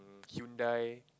um Hyundai